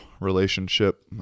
relationship